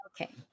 Okay